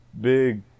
big